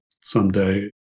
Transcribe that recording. someday